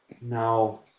now